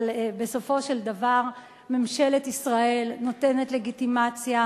אבל בסופו של דבר ממשלת ישראל נותנת לגיטימציה